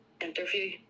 interview